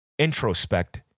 introspect